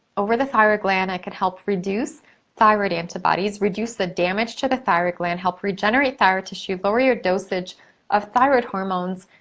over the thyroid gland that could help reduce thyroid antibodies, reduce the damage to the thyroid gland, help regenerate thyroid tissue, lower your dosage of thyroid hormones,